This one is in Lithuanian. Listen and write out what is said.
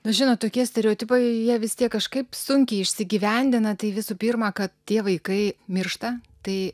nu žinot tokie stereotipai jie vis tiek kažkaip sunkiai išsigyvendina tai visų pirma kad tie vaikai miršta tai